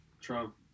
Trump